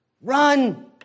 run